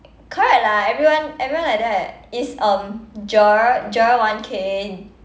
correct lah everyone everyone like that it's um GER GER one K